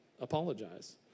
apologize